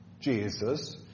Jesus